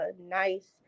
nice